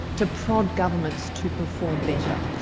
to prod governments to perform better.